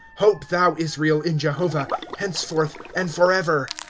hope thou, israel, in jehovah, henceforth and forever.